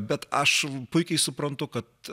bet aš puikiai suprantu kad